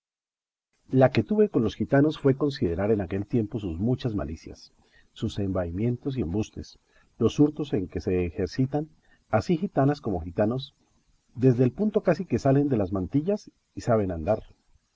la que tuve con los gitanos fue considerar en aquel tiempo sus muchas malicias sus embaimientos y embustes los hurtos en que se ejercitan así gitanas como gitanos desde el punto casi que salen de las mantillas y saben andar